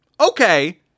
Okay